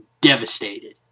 devastated